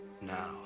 now